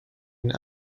and